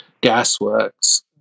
gasworks